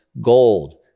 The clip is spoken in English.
gold